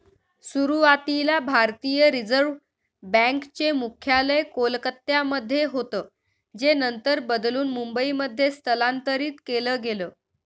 सुरुवातीला भारतीय reserve bank चे मुख्यालय कोलकत्यामध्ये होतं जे नंतर बदलून मुंबईमध्ये स्थलांतरीत केलं गेलं